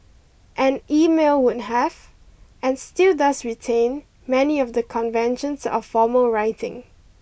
and email would have and still does retain many of the conventions of formal writing